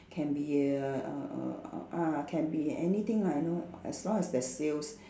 can be a err err uh ah can be anything lah you know as long as there's sales